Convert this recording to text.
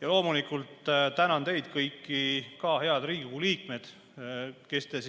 Ja loomulikult tänan teid kõiki, head Riigikogu liikmed, kes te